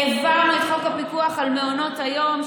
העברנו את חוק הפיקוח על מעונות היום,